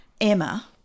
emma